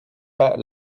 pas